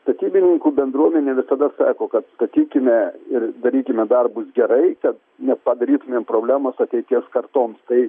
statybininkų bendruomenė visada sako kad statykime ir darykime darbus gerai kad nepadarytumėm problemos ateities kartoms tai